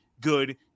good